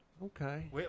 Okay